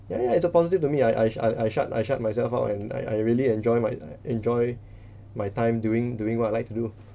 ya ya it's a positive to me I I I shut I shut myself out and I I really enjoy my enjoy my time doing doing what I like to do